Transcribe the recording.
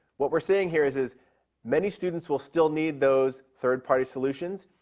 what we are saying here is is many students will still need those third party solutions,